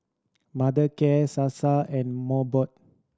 Mothercare Sasa and Mobot